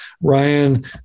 Ryan